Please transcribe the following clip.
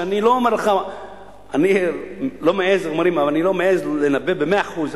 אני לא מעז לנבא במאה אחוז,